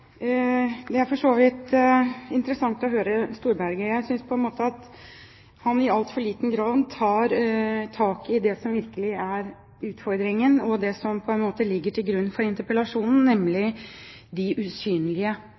Jeg synes at han i altfor liten grad tar tak i det som virkelig er utfordringen, og som ligger til grunn for interpellasjonen, nemlig de usynlige,